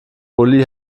uli